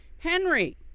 Henry